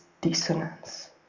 dissonance